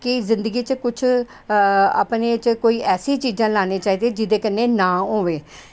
की जिंदगी च कुछ अपने च कुछ ऐसी चीज़ां लैनियां चाही दियां जेह्दे कन्नै नाम होऐ